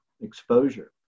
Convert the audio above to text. Exposure